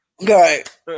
Right